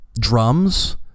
drums